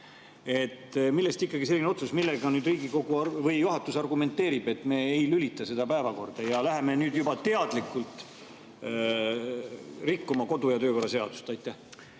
Millest ikkagi selline otsus? Millega Riigikogu juhatus seda argumenteerib, et me ei lülita seda päevakorda ja hakkame nüüd juba teadlikult rikkuma kodu- ja töökorra seadust? Aitäh!